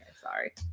Sorry